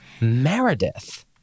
Meredith